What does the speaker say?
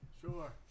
Sure